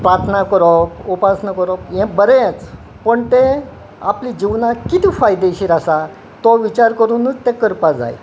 प्रार्थना करप उपासना करप हें बरेंच पूण ते आपल्या जिवनाक कितें फायदेशीर आसा तो विचार करुनूच ते करपा जाय